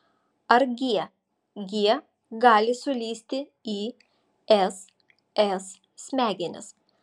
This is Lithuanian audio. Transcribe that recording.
ar g g gali sulįsti į s s smegenis